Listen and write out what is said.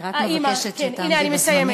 אני רק מבקשת שתעמדי בזמנים.